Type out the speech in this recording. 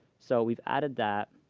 so we've added that.